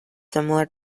similar